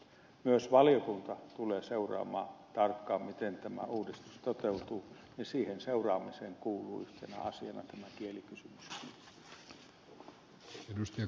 myös valiokunta tulee seuraamaan tarkkaan miten tämä uudistus toteutuu ja siihen seuraamiseen kuuluu yhtenä asiana tämä kielikysymys